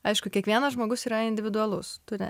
aišku kiekvienas žmogus yra individualus tu ne